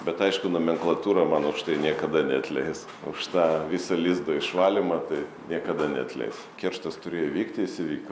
bet aišku nomenklatūra man už tai niekada neatleis už tą viso lizdo išvalymą tai niekada neatleis kerštas turėjo įvykti jis įvyko